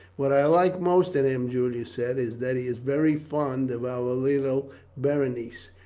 what i like most in him, julia said, is that he is very fond of our little berenice.